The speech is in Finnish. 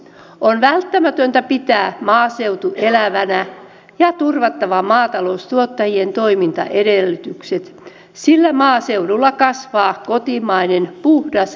on välttämätöntä pitää maaseutu elävänä ja on turvattava maataloustuottajien toimintaedellytykset sillä maaseudulla kasvaa kotimainen puhdas lähiruoka